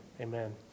Amen